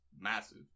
massive